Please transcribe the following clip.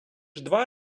два